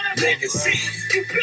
Legacy